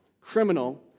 criminal